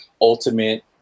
ultimate